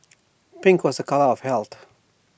pink was A colour of health